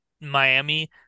Miami